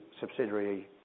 subsidiary